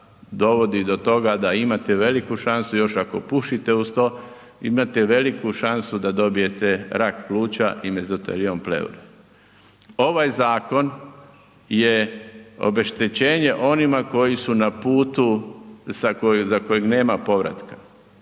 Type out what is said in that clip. dovodi do toga da imate veliku šansu još ako pušite uz to, imate veliku šansu da dobijete rak pluća i mezoteliom pleure. Ovaj zakon je obeštećenje onima koji su na putu za kojeg nema povratka.